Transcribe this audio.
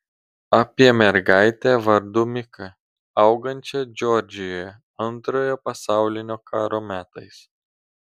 apie mergaitę vardu miką augančią džordžijoje antrojo pasaulinio karo metais